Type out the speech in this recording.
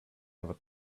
ever